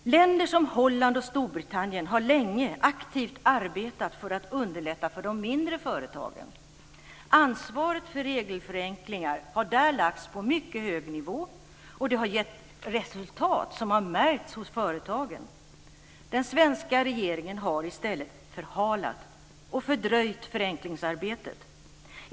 Länder som Holland och Storbritannien har länge aktivt arbetat för att underlätta för de mindre företagen. Ansvaret för regelförenklingar har där lagts på mycket hög nivå och det har gett resultat som har märkts hos företagen. Den svenska regeringen har i stället förhalat och fördröjt förenklingsarbetet.